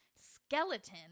Skeleton